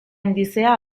indizea